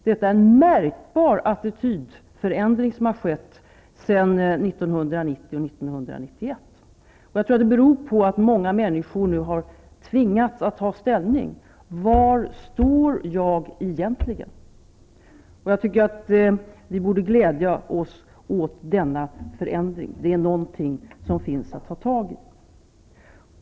Det är en märkbar attitydförändring som har skett sedan år 1990 och Jag tror att denna attitydförändring beror på att många människor har tvingats att ta ställning till var de egentligen själva står. Vi borde glädja oss åt denna förändring. Det är någonting man kan ta tag i.